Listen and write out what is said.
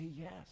yes